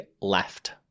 left